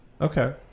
Okay